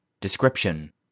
Description